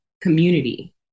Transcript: community